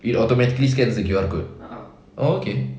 it automatically scans the Q_R code oh okay